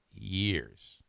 years